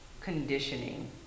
conditioning